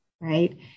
right